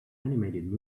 animated